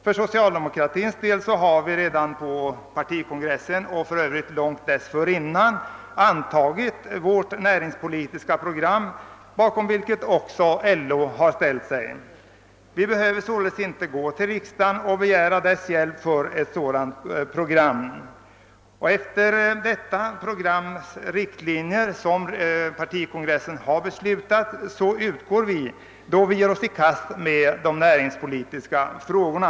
För socialdemokratins del har vi på partikongressen och även långt dessförinnan bestämt oss för vårt näringspolitiska program, vilket också LO har ställt sig bakom. Vi behöver sålunda inte begära riksdagens hjälp i den saken. Det är efter riktlinjerna i det program som partikongressen har beslutat som vi ger oss i kast med de näringspolitiska frågorna.